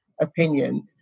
opinion